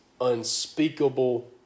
unspeakable